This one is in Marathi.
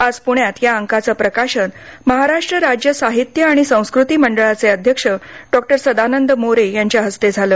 आज पुण्यात या अंकाचं प्रकाशन महाराष्ट्र राज्य साहित्य आणि संस्कृती मंडळाचे अध्यक्ष डॉक्टर सदानंद मोरे यांच्या हस्ते झालं